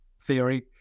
theory